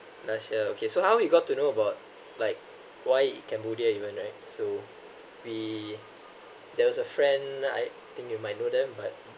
last year okay so how we got to know about like why cambodia you went right so we there was a friend I think you might know them but